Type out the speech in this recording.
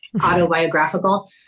autobiographical